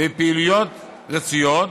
בפעילויות רצויות,